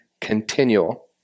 continual